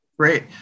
Great